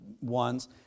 ones